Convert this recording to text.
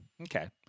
Okay